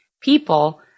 people